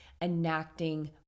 enacting